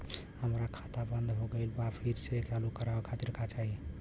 हमार खाता बंद हो गइल बा फिर से चालू करा खातिर का चाही?